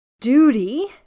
duty